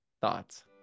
thoughts